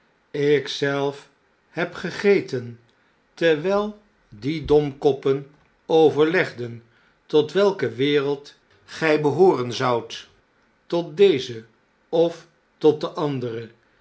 zelf heb gegeten terwjjl die domkoppen overlegden tot welke wereld gij behooren zoudt tot deze of tot de andere